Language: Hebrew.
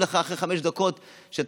אחרי חמש דקות נותנים לך,